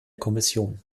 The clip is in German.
kommission